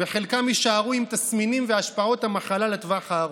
וחלקם יישארו עם תסמינים והשפעות המחלה לטווח הארוך.